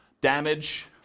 Damage